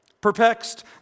Perplexed